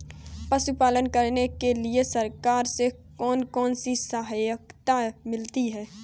पशु पालन करने के लिए सरकार से कौन कौन सी सहायता मिलती है